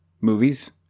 movies